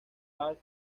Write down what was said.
bank